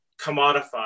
commodified